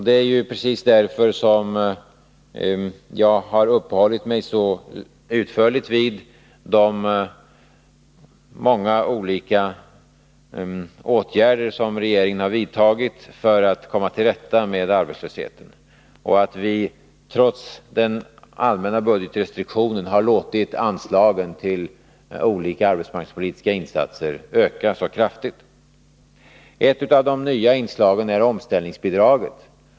Det är precis därför som jag har uppehållit mig så utförligt vid de många olika åtgärder som regeringen har vidtagit för att komma till rätta med arbetslösheten och vid att vi trots de allmänna budgetrestriktionerna har låtit anslagen till olika arbetsmarknadspolitiska insatser öka så kraftigt. Ett av de nya inslagen är omställningsbidraget.